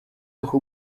who